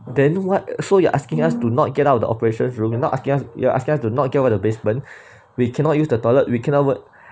then what so you are asking us to not get out of the operations room not asking us you're asking us to not get out of the basement we cannot use the toilet we cannot work